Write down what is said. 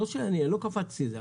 אני לא קפצתי על זה,